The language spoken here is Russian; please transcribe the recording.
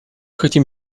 хотим